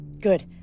Good